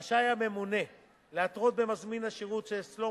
רשאי הממונה להתרות במזמין השירות שאצלו